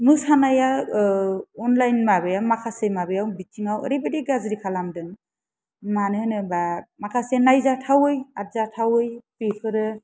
मोसानाया अनलाइन माबाया माखासे माबायाव बिथिङाव ओरैबादि गाज्रि खालामदों मानो होनोब्ला माखासे नायजाथावै आरो जाथावै बेफोरो